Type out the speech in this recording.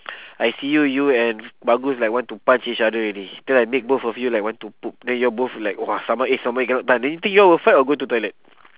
I see you you and bagus like want to punch each other already then I make both of you like want to poop then you all both like !wah! stomachache stomachache cannot tahan do you think you all will fight or go to toilet